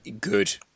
Good